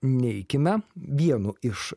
neikime vienu iš